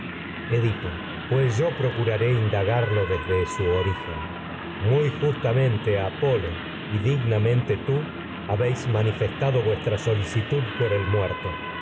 edipo pues yo procuraré indagarlo desde su ori gen muy justamente apolo y dignamente tú habéis manifestado vuestra solicitud por el muerto